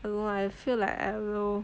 no I feel like I will